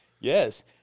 Yes